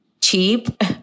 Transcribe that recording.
cheap